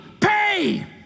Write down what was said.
pay